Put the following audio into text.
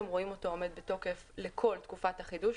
רואים אותו עומד בתוקף לכל תקופת החידוש.